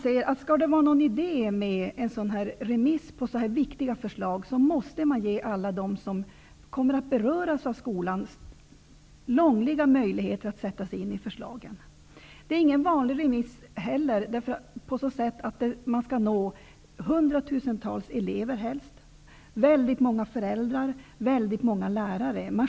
Skall det vara någon idé med att begära remiss på sådana här viktiga förslag, måste man ge alla dem som kommer att beröras av skolan långliga möjligheter att sätta sig in i förslagen. Det är ingen vanlig remiss, eftersom det också gäller att nå helst hundratusentals elever, väldigt många föräldrar och väldigt många lärare.